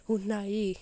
ఉన్నాయి